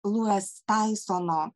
lues taisono